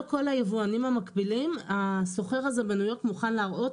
לא לכל היבואנים המקבילים הסוחר הזה בניו יורק מוכן להראות